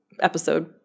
episode